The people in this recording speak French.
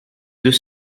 deux